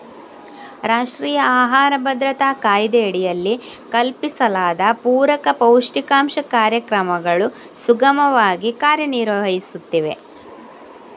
ರಾಷ್ಟ್ರೀಯ ಆಹಾರ ಭದ್ರತಾ ಕಾಯ್ದೆಯಡಿಯಲ್ಲಿ ಕಲ್ಪಿಸಲಾದ ಪೂರಕ ಪೌಷ್ಟಿಕಾಂಶ ಕಾರ್ಯಕ್ರಮಗಳು ಸುಗಮವಾಗಿ ಕಾರ್ಯ ನಿರ್ವಹಿಸುತ್ತಿವೆ